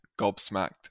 gobsmacked